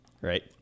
Right